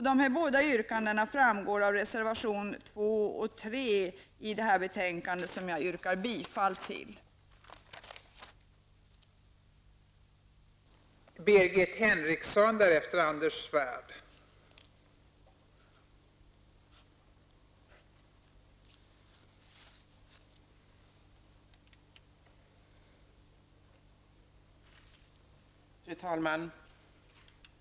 Dessa båda yrkanden framgår av reservationerna nr 2 och 3, som jag yrkar bifall till, i det här betänkandet.